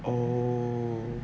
oh